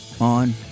on